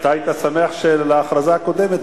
אתה היית שמח להכרזה הקודמת.